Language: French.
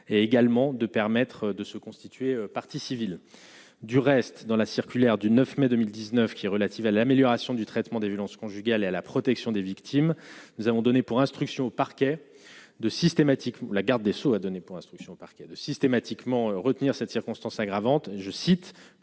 est également de permettre de se constituer partie civile du reste dans la circulaire du 9 mai 2019 qui est relative à l'amélioration du traitement des violences conjugales et à la protection des victimes, nous avons donné pour instruction au parquet de systématique, la garde des Sceaux a donné pour instruction au parquet de systématiquement retenir cette circonstance aggravante, je cite,